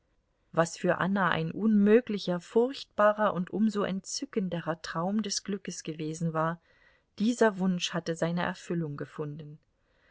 was für anna ein unmöglicher furchtbarer und um so entzückenderer traum des glückes gewesen war dieser wunsch hatte seine erfüllung gefunden